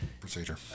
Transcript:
procedure